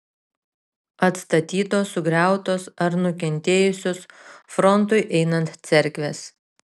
atstatytos sugriautos ar nukentėjusios frontui einant cerkvės